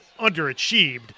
underachieved